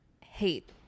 hate